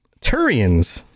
Turians